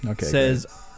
says